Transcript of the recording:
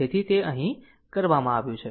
તેથી તે અહીં કરવામાં આવ્યું છે